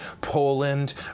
Poland